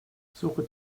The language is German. suche